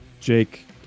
Jake